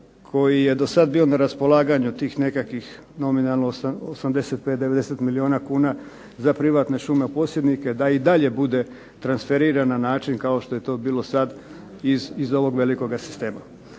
koji je bio sada na raspolaganju tih nekakvih nominalno 85, 90 milijuna kuna za privatne šumoposjednike da i dalje bude transferiran na način kao što je to bilo sada iz ovog velikog sistema.